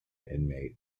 inmate